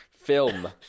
film